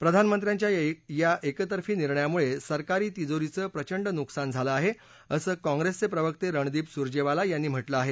प्रधानमंत्र्यांच्या या एकतर्फी निर्णयामुळे सरकारी तिजोरीचं प्रचंड नुकसान झालं आहे असं काँग्रेसचे प्रवक्ते रणदीप सुरजेवाला यांनी म्हटलं आहे